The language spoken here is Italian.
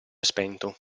spento